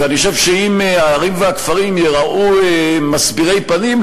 ואני חושב שאם הערים והכפרים ייראו מסבירי פנים,